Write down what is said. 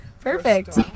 Perfect